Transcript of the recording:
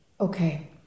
Okay